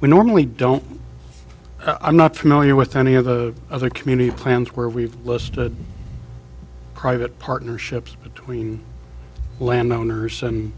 we normally don't i'm not familiar with any of the other community plans where we've listed private partnerships between landowners and